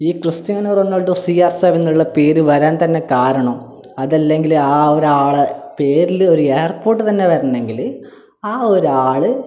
ഈ Cristiano Ronaldo C R സെവനെന്നുള്ള പേര് വരാൻ തന്നെ കാരണം അതല്ലെങ്കിൽ ആ ഒരാളെ പേരിൽ ഒരു എയർപോർട്ട് തന്നെ വരണമെങ്കിൽ ആ ഒരാൾ